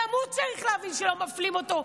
גם הוא צריך להבין שלא מפלים אותו,